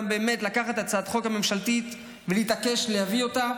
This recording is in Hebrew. באמת גם לקחת הצעת חוק ממשלתית ולהתעקש להביא אותה.